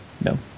no